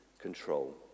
control